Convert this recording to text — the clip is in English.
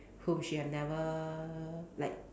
who she have never like